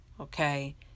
okay